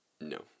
no